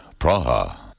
Praha